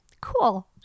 cool